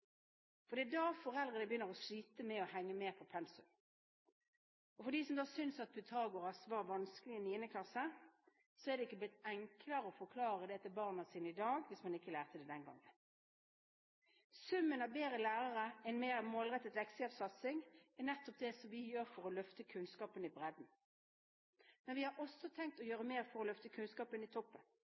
ungdomsskolen. Det er da foreldre begynner å slite med å henge med på pensum. For dem som syntes at Pythagoras´ læresetning var vanskelig i 9. klasse, er det ikke blitt enklere å forklare den til barna sine i dag, hvis man ikke lærte den den gangen. Summen av bedre lærere og en mer målrettet leksehjelpsatsing er nettopp det vi gjør for å løfte kunnskapen i bredden. Men vi har også tenkt å gjøre mer for å løfte kunnskapen i toppen.